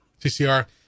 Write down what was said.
CCR